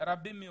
מאוד